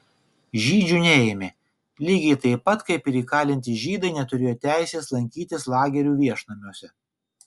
žydžių neėmė lygiai taip pat kaip ir įkalinti žydai neturėjo teisės lankytis lagerių viešnamiuose